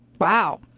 Wow